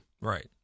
Right